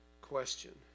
question